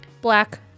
Black